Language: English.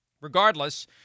Regardless